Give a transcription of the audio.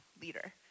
leader